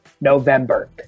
November